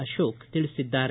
ಅಶೋಕ್ ತಿಳಿಸಿದ್ದಾರೆ